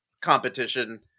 competition